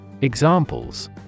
Examples